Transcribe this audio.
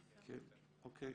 אוקיי.